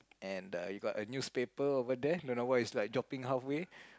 and the you got a newspaper over there dunno why it's like dropping half way